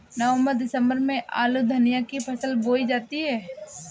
नवम्बर दिसम्बर में आलू धनिया की फसल बोई जाती है?